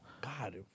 God